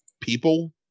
people